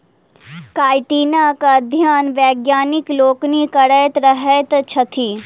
काइटीनक अध्ययन वैज्ञानिक लोकनि करैत रहैत छथि